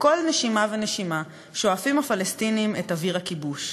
בכל נשימה ונשימה שואפים הפלסטינים את אוויר הכיבוש.